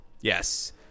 Yes